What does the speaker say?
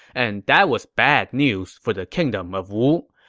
and that was bad news for the kingdom of wu.